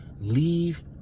leave